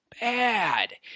bad